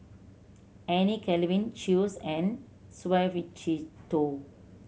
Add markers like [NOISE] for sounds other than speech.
Anne [UNINTELLIGIBLE] Chew's and Suavecito